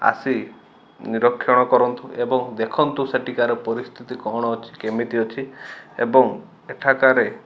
ଆସି ନିରକ୍ଷଣ କରନ୍ତୁ ଏବଂ ଦେଖନ୍ତୁ ସେଠିକାର ପରିସ୍ଥିତି କ'ଣ ଅଛି କେମିତି ଅଛି ଏବଂ ଏଠାକାରେ